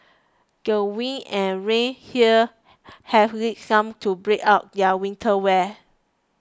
the winds and rain here have lead some to break out their winter wear